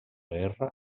guerra